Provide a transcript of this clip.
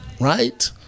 right